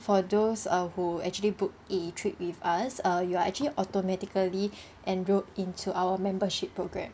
for those uh who actually booked a trip with us uh you are actually automatically enrolled into our membership program